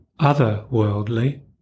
otherworldly